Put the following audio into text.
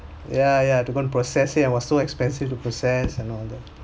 yeah yeah to go and process it and was so expensive to process and all that